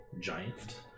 giant